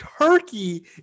Turkey